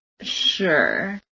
Sure